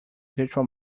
virtual